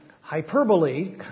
hyperbole